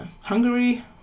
Hungary